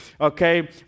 okay